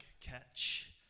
catch